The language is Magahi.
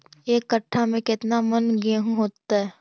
एक कट्ठा में केतना मन गेहूं होतै?